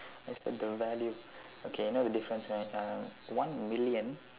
let's take the value okay you know the difference right uh one million